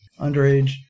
underage